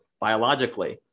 biologically